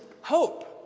hope